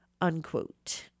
Unquote